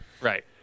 Right